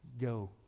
go